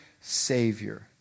Savior